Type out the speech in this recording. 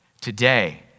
Today